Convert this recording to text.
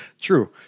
true